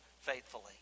faithfully